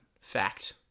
fact